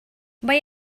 mae